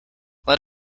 let